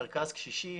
מרכז קשישים.